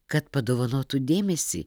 kad padovanotų dėmesį